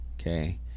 Okay